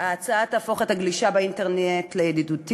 ההצעה תהפוך את הגלישה באינטרנט לידידותית